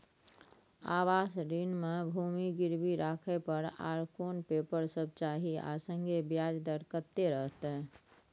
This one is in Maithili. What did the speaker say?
आवास ऋण म भूमि गिरवी राखै पर आर कोन पेपर सब चाही आ संगे ब्याज दर कत्ते रहते?